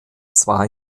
zwei